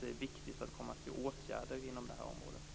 Det är viktigt att man får fram åtgärder inom det här området.